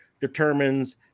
determines